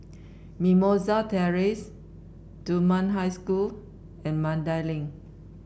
Mimosa Terrace Dunman High School and Mandai Link